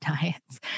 diets